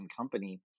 company